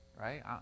right